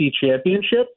championship